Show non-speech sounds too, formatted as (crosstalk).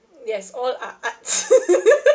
yes all are arts (laughs)